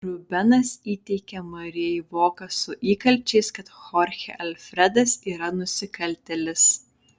rubenas įteikia marijai voką su įkalčiais kad chorchė alfredas yra nusikaltėlis